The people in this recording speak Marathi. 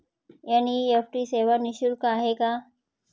एन.इ.एफ.टी सेवा निःशुल्क आहे का?